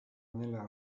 nella